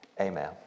Amen